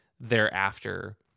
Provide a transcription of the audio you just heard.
thereafter